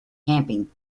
camping